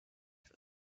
for